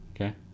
Okay